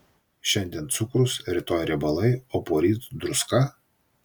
šiandien cukrus rytoj riebalai o poryt druska